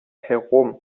herum